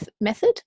method